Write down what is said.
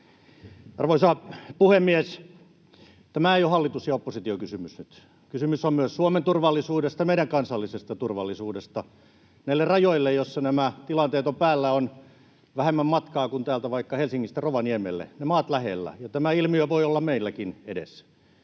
Arvoisa puhemies! Tämä ei ole hallitus—oppositio-kysymys nyt. Kysymys on myös Suomen turvallisuudesta, meidän kansallisesta turvallisuudesta. Näille rajoille, joilla nämä tilanteet ovat päällä, on vähemmän matkaa kuin täältä Helsingistä vaikka Rovaniemelle, ne maat ovat lähellä, ja tämä ilmiö voi olla meilläkin edessä.